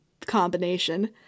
combination